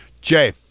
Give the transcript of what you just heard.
jay